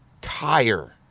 tire